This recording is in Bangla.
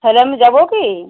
তাহলে আমি যাবো কি